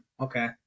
okay